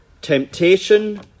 temptation